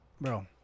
bro